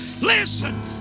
Listen